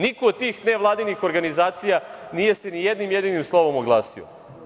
Niko od tih nevladinih organizacija nije se ni jednim jedinim slovom oglasio.